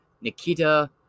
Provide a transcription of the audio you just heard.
Nikita